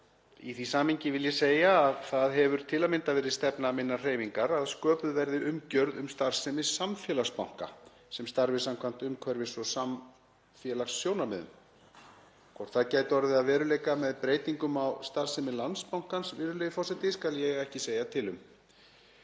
Í því samhengi vil ég segja að það hefur til að mynda verið stefna minnar hreyfingar að sköpuð verði umgjörð um starfsemi samfélagsbanka sem starfi samkvæmt umhverfis- og samfélagssjónarmiðum. Hvort það gæti orðið að veruleika með breytingum á starfsemi Landsbankans, virðulegi forseti, skal ég ekki segja til um.